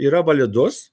yra validus